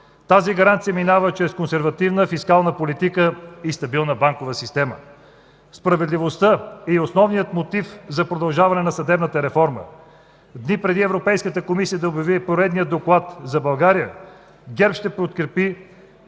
Тази гаранция минава през консервативна фискална политика и стабилна банкова система. Справедливостта е основният мотив за продължаване на съдебната реформа. Дни преди Европейската комисия да обяви поредния доклад за България, ГЕРБ ще подкрепи